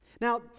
Now